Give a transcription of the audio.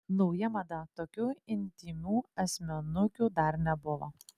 nauja mada tokių intymių asmenukių dar nebuvo